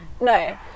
No